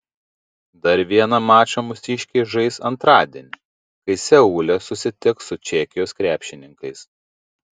dar vieną mačą mūsiškiai žais antradienį kai seule susitiks su čekijos krepšininkais